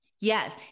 Yes